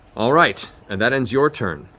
all right. and that ends your turn.